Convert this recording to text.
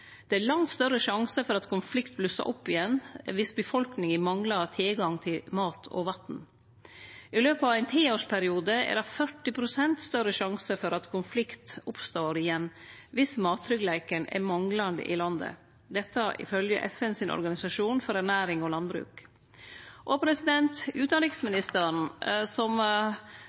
Det er langt større sjanse for at konflikt blussar opp att om befolkninga manglar tilgang til mat og vatn. I løpet av ein tiårsperiode er det 40 pst. større sjanse for at konflikt oppstår att om mattryggleiken er manglande i landet, dette ifølgje FNs organisasjon for ernæring og landbruk. Utanriksministeren, som